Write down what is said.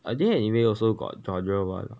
I think anime also got genre one